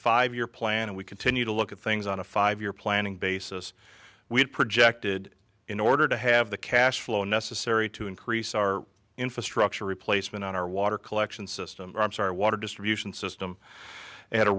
five year plan and we continue to look at things on a five year planning basis we had projected in order to have the cash flow necessary to increase our infrastructure replacement on our water collection systems our water distribution system at a